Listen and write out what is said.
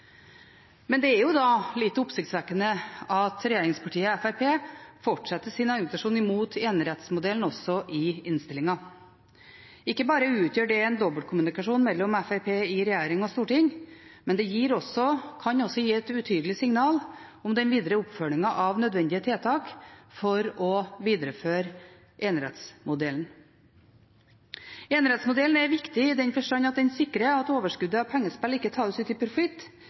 da litt oppsiktsvekkende at regjeringspartiet Fremskrittspartiet fortsetter sin argumentasjon imot enerettsmodellen også i innstilingen. Ikke bare utgjør det en dobbeltkommunikasjon mellom Fremskrittspartiet i regjering og i storting, men det kan også gi et utydelig signal om den videre oppfølgingen av nødvendige tiltak for å videreføre enerettsmodellen. Enerettsmodellen er viktig i den forstand at den sikrer at overskuddet av pengespill ikke tas ut i profitt,